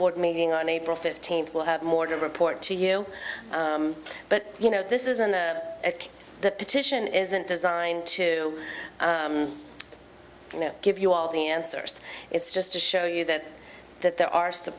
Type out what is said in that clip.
board meeting on april fifteenth we'll have more to report to you but you know this isn't a petition isn't designed to you know give you all the answers it's just to show you that that there are s